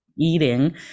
eating